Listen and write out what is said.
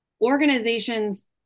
organizations